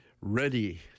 Ready